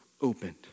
opened